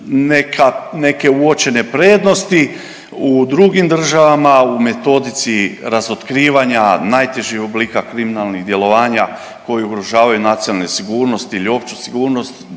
neke uočene prednosti u drugim državama u metodici razotkrivanja najtežih oblika kriminalnih djelovanja koji ugrožavaju nacionalne sigurnosti ili opću sigurnost